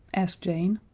asked jane.